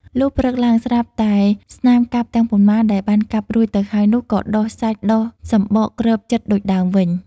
លុះព្រឹកឡើង ស្រាប់តែស្នាមកាប់ទាំងប៉ុន្មានដែលបានកាប់រួចទៅហើយនោះ ក៏ដុះសាច់ ដុះសំបកគ្របជិតដូចដើមវិញ។